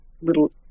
little